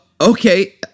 okay